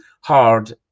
hard